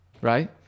right